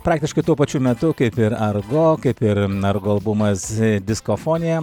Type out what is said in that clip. praktiškai tuo pačiu metu kaip ir argo kaip ir argo albumas diskofonija